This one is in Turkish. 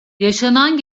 yaşanan